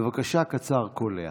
בבקשה, קצר, קולע.